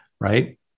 Right